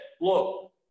look